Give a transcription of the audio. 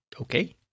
okay